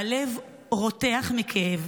הלב רותח מכאב.